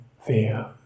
fear